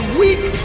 weak